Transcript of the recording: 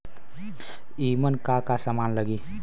ईमन का का समान लगी?